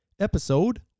episode